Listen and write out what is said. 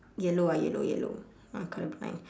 yellow ah yellow yellow I'm colour blind